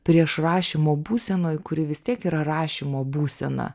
prieš rašymo būsenoj kuri vis tiek yra rašymo būsena